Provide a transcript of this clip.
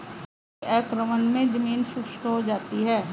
भूमि अवक्रमण मे जमीन शुष्क हो जाती है